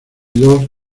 dos